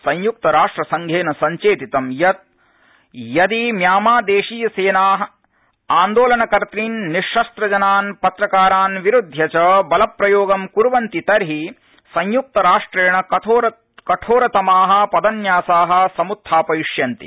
संयुक्त राष्ट्र संघेन सचेतितं यत् यदि म्यामां देशीयसेना आन्दोलनकर्तृन् निश्शस्त्रजनान् पत्रकारान् विरुद्धय च बलप्रयोगं कुर्वन्ति तर्हि संयुक्त राष्ट्रेण कठोरतमा पदन्यासा समुत्थापयिष्यन्ते